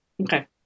Okay